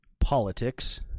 politics